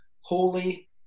holy